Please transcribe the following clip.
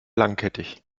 langkettig